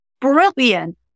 brilliant